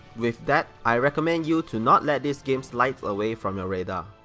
with that, i recommend you to not let this game slides away from your radar.